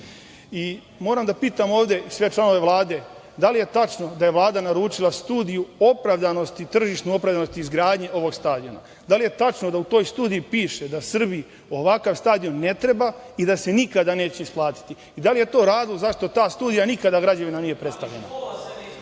da pitam ovde sve članove Vlade – da li je tačno da je Vlada naručila studiju tržišne opravdanosti izgradnje ovog stadiona? Da li je tačno da u toj studiji piše da Srbiji ovakav stadion ne treba i da se nikada neće isplatiti? Da li je to razlog zašto ta studija nikada građanima nije predstavljena?(Radoslav